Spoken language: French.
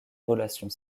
relations